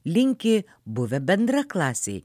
linki buvę bendraklasiai